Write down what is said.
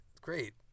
great